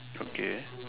okay